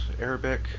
Arabic